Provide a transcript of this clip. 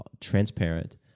transparent